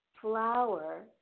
flower